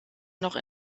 noch